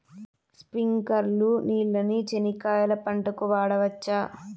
స్ప్రింక్లర్లు నీళ్ళని చెనక్కాయ పంట కు వాడవచ్చా?